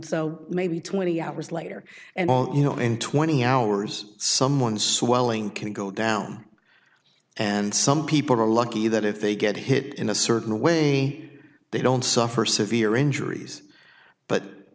so maybe twenty hours later and you know in twenty hours someone's swelling can go down and some people are lucky that if they get hit in a certain way they don't suffer severe injuries but